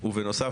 ובנוסף,